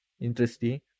Interesting